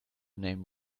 name